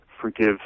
forgive